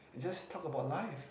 just talk about life